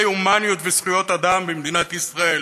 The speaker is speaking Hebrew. הומניות וזכויות אדם במדינת ישראל,